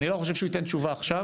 אני לא חושב שהוא ייתן תשובה עכשיו.